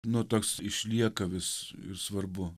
nu toks išlieka vis svarbu